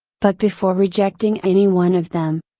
but before rejecting any one of them,